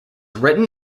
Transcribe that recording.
written